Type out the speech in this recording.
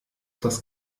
das